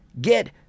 get